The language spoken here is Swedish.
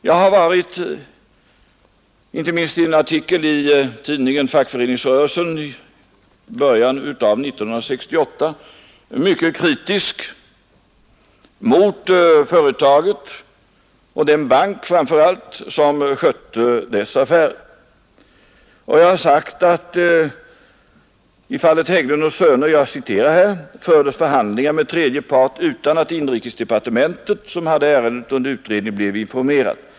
Jag har — inte minst i en artikel i tidskriften Fackföreningsrörelsen i början av 1968 — varit mycket kritisk mot företaget och framför allt mot den bank som skötte dess affärer. Jag skrev i artikeln: ”I fallet Hägglund & Söner fördes förhandlingar med tredje part utan att inrikesdepartementet, som hade ärendet under utredning, blev informerat.